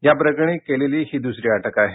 या प्रकरणी केलेली ही द्सरी अटक आहे